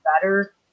better